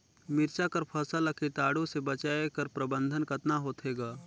मिरचा कर फसल ला कीटाणु से बचाय कर प्रबंधन कतना होथे ग?